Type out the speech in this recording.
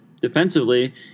defensively